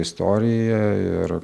istorija ir